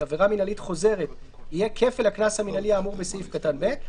עבירה מנהלית חוזרת יהיה כפל הקנס המנהלי האמור בסעיף קטן (ב).